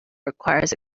requires